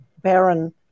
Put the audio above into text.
Baron